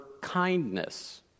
kindness